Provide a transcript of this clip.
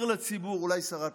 אולי שרת ההסברה?